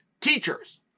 teachers